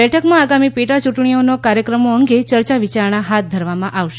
આ બેઠકમાં આગામી પેટા ચૂંટણીઓએ કાર્યક્રમો અંગે ચર્ચા વિચારણા હાથ ધરવામાં આવશે